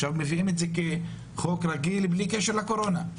והנה עכשיו מביאים את זה כחוק רגיל בלי קשר לקורונה.